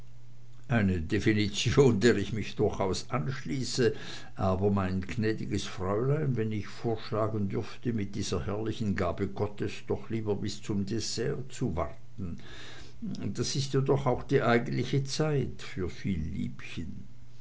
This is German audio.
eine definition der ich mich durchaus anschließe aber mein gnädigstes fräulein wenn ich vorschlagen dürfte mit dieser herrlichen gabe gottes doch lieber bis zum dessert zu warten das ist ja doch auch die eigentliche zeit für